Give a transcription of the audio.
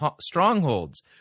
strongholds